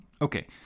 Okay